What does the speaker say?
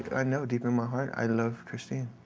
i know deep in my heart i love cristine,